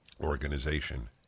organization